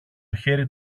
χέρι